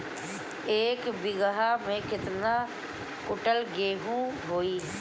एक बीगहा में केतना कुंटल गेहूं होई?